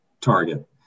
Target